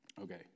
Okay